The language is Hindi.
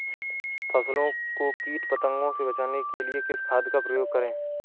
फसलों को कीट पतंगों से बचाने के लिए किस खाद का प्रयोग करें?